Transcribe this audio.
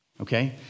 okay